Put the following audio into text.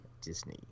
Disney